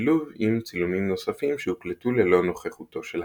בשילוב עם צילומים נוספים שהוקלטו ללא נוכחותו של הקהל.